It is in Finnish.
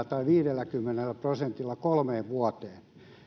tai viidelläkymmenellä prosentilla kolmeen vuoteen